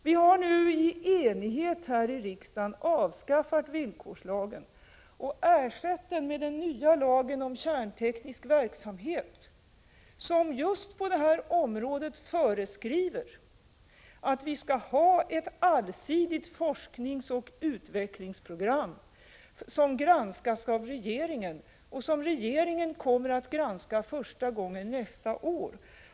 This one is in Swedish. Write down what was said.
Vi har nu i enighet här i riksdagen avskaffat villkorslagen och ersatt den med den nya lagen om kärnteknisk verksamhet, som just på det här området föreskriver att vi skall ha ett allsidigt forskningsoch utvecklingsprogram som granskas av regeringen. Regeringen kommer att granska programmet första gången nästa år.